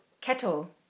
Kettle